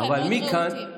דווקא הם מאוד רהוטים.